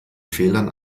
fehlern